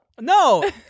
No